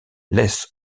laisse